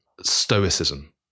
stoicism